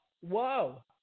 whoa